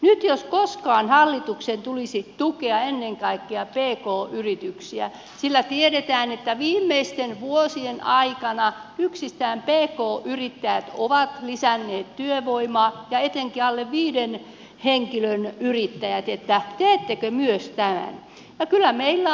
nyt jos koskaan hallituksen tulisi tukea ennen kaikkea pk yrityksiä sillä tiedetään että viimeisten vuosien aikana yksistään pk yrittäjät ovat lisänneet työvoimaa ja etenkin alle viiden henkilön yritykset joten teettekö myös tämän